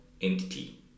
entity